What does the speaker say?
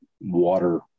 water